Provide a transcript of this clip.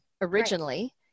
originally